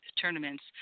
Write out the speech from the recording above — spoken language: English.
tournaments